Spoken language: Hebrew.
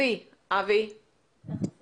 24/7 אז בוודאי ובוודאי שלא יהיה מענה